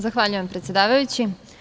Zahvaljujem, predsedavajući.